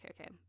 okay